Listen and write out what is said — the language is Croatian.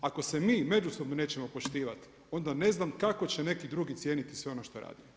Ako se mi međusobno nećemo poštivati, onda ne znam kako će neki drugi cijeniti sve ono što radimo.